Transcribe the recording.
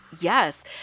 Yes